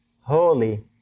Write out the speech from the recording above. holy